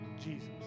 Jesus